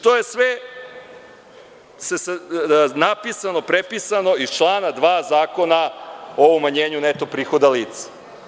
To je sve napisano, prepisano iz člana 2. Zakona o umanjenju neto prihoda lica.